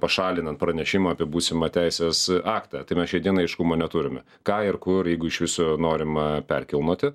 pašalinan pranešimą apie būsimą teisės aktą tai mes šiai dienai aiškumo neturime ką ir kur jeigu iš viso norima perkilnoti